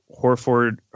Horford